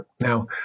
Now